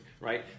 Right